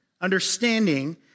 understanding